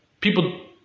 People